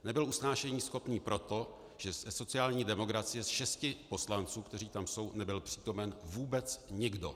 Nebyl usnášeníschopný proto, že ze sociální demokracie z šesti poslanců, kteří tam jsou, nebyl přítomen vůbec nikdo.